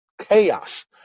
chaos